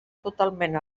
totalment